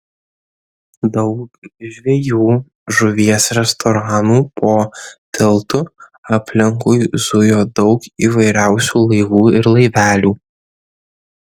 daug žvejų žuvies restoranų po tiltu aplinkui zujo daug įvairiausių laivų ir laivelių